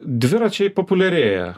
dviračiai populiarėja